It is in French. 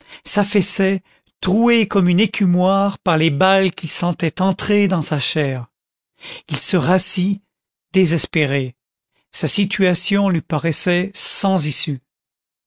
s'affaissait troué comme une écumoire par les balles qu'il sentait entrer dans sa chair il se rassit désespéré sa situation lui paraissait sans issue